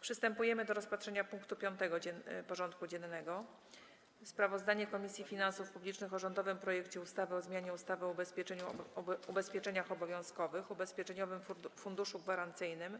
Przystępujemy do rozpatrzenia punktu 5. porządku dziennego: Sprawozdanie Komisji Finansów Publicznych o rządowym projekcie ustawy o zmianie ustawy o ubezpieczeniach obowiązkowych, Ubezpieczeniowym Funduszu Gwarancyjnym